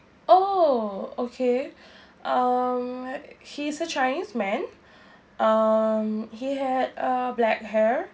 oh okay um he's a chinese man um he had uh black hair